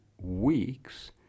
weeks